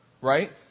right